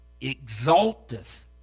exalteth